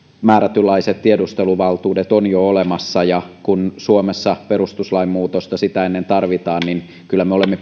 määrätynlaiset tiedusteluvaltuudet on jo olemassa ja kun suomessa perustuslain muutosta sitä ennen tarvitaan niin kyllä me olemme